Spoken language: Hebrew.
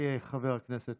חבר הכנסת